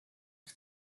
jak